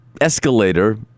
escalator